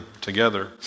together